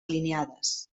alineades